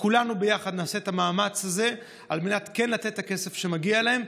שכולנו ביחד נעשה את המאמץ הזה על מנת כן לתת להם את הכסף שמגיע להם,